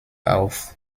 auf